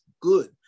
good